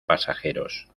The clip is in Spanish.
pasajeros